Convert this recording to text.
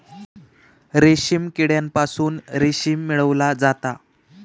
रेशीम किड्यांपासून रेशीम मिळवला जाता